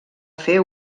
fer